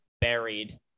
buried